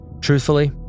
Truthfully